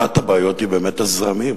אחת הבעיות היא באמת הזרמים.